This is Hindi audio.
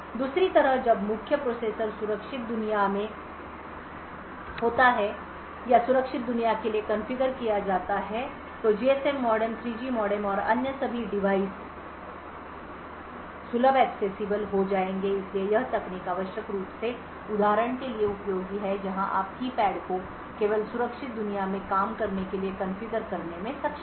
दूसरी तरफ जब मुख्य प्रोसेसर सुरक्षित दुनिया में होता है या सुरक्षित दुनिया के लिए कॉन्फ़िगर किया जाता है तो जीएसएम मॉडेम 3 जी मॉडेम और अन्य सभी डिवाइस सुलभ accessible हो जाएंगे इसलिए यह तकनीक आवश्यक रूप से उदाहरण के लिए उपयोगी है जहां आप कीपैड को केवल सुरक्षित दुनिया में काम करने के लिए कॉन्फ़िगर करने में सक्षम हैं